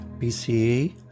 BCE